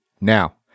Now